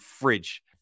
fridge